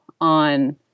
on